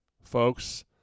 folks